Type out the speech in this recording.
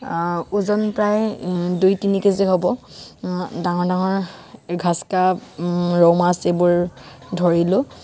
ওজন প্ৰায় দুই তিনি কে জি হ'ব ডাঙৰ ডাঙৰ গ্ৰাছ কাৰ্প ৰৌ মাছ এইবোৰ ধৰিলোঁ